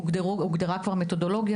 הוגדרה מתודולוגיה,